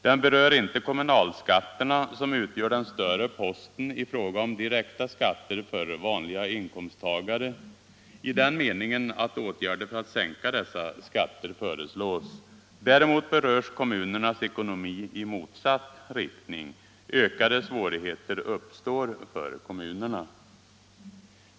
Den berör inte kommunalskatterna, som utgör den större posten i fråga om direkta skatter för vanliga inkomsttagare, i den meningen att åtgärder för att sänka dessa skatter föreslås. Däremot berörs kommunernas ekonomi i motsatt riktning. Ökade svårigheter uppstår för kommunerna.